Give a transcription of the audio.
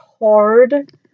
hard